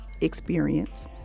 experience